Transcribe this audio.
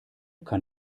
kann